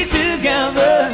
together